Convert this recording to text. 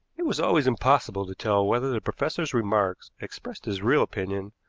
it was always impossible to tell whether the professor's remarks expressed his real opinion,